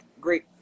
great